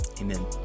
Amen